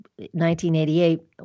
1988